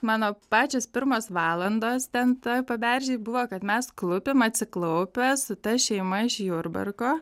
mano pačios pirmos valandos ten toje paberžėj buvo kad mes klūpim atsiklaupę su ta šeima iš jurbarko